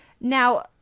Now